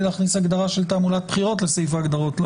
להכניס הגדרה של תעמולת בחירות לסעיף ההגדרות,